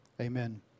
Amen